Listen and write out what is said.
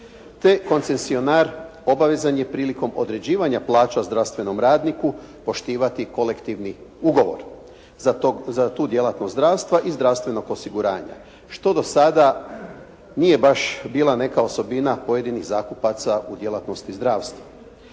Koncesionar je obvezan prilikom određivanja plaća zdravstvenom radniku poštivati kolektivni ugovor za tu djelatnost zdravstva i zdravstvenog osiguranja što do sada nije baš bila neka osobina pojedinih zakupaca u djelatnosti zdravstva.